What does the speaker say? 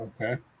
Okay